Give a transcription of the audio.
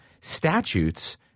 statutes